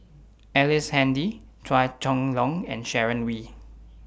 Ellice Handy Chua Chong Long and Sharon Wee